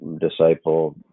disciple